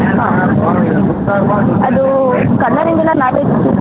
ಹಾಂ ಅದು ಕಲರಿಂಗ್ ಎಲ್ಲ ನಾವೇ